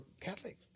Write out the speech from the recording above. Catholic